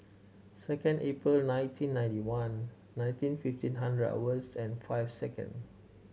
second April nineteen ninety one nineteen fifteen hundred hours and five second